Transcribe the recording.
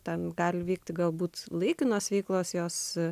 ten gali vykti galbūt laikinos veiklos jos